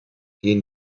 gehen